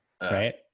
Right